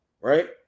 Right